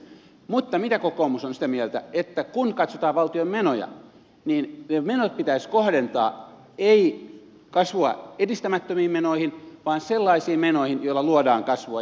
mutta kokoomus on sitä mieltä että kun katsotaan valtion menoja niin ne menot pitäisi kohdentaa ei kasvua edistämättömiin menoihin vaan sellaisiin menoihin joilla luodaan kasvua